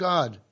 God